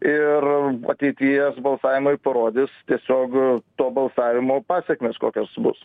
ir ateities balsavimai parodys tiesiog to balsavimo pasekmes kokios bus